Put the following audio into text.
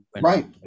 Right